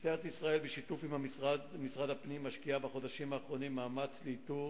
משטרת ישראל בשיתוף עם משרד הפנים משקיעה בחודשים האחרונים מאמץ לאיתור